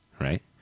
right